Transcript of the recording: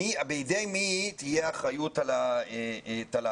בידי מי תהיה האחריות על התל"ן?